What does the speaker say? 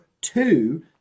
two